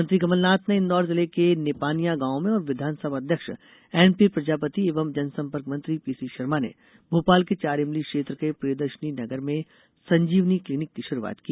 मुख्यमंत्री कमलनाथ ने इंदौर जिले के निपानिया गांव में और विधानसभा अध्यक्ष एनपी प्रजापति एवं जनसंपर्क मंत्री पीसी शर्मा ने भोपाल के चार इमली क्षेत्र के प्रियदर्शनी नगर में संजीवनी क्लीनिक की शुरूआत की